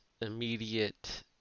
immediate